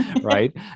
Right